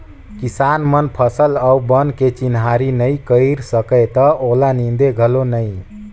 किसान मन फसल अउ बन के चिन्हारी नई कयर सकय त ओला नींदे घलो नई